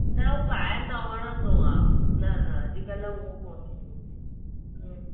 न उहो ॿाहिर न वणंदो आ न न अॼुकल्ह उहो कोन्हे हूं